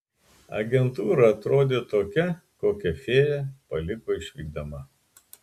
agentūra atrodė tokia kokią fėja paliko išvykdama